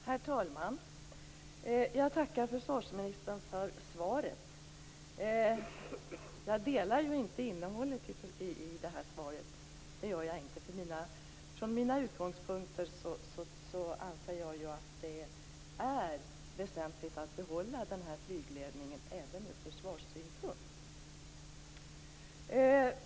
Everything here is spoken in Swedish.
Herr talman! Jag tackar försvarsministern för svaret. Jag håller dock inte med om innehållet. Från mina utgångspunkter anser jag att det är väsentligt att behålla den här flygledningen även ur försvarssynpunkt.